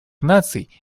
наций